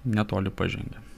netoli pažengėm